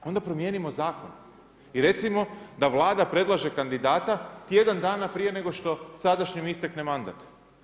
Onda promijenimo zakon i recimo da Vlada predlaže kandidata tjedan dana prije nego što sadašnjem istekne mandat.